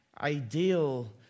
ideal